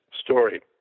story